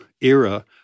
era